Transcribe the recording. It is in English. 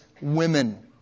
women